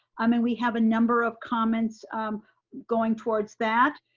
i mean we have a number of comments going towards that.